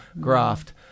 graft